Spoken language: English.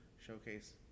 showcase